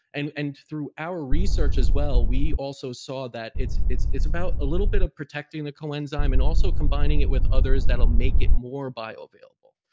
and and through our research as well we also saw that it's it's about a little bit of protecting the coenzyme and also combining it with others that'll make it more bioavailable.